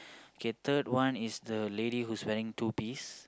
K third one is the lady who's wearing Tubize